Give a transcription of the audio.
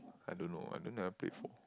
I don't know I don't if I played before